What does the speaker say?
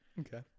Okay